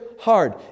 hard